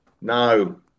No